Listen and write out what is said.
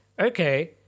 okay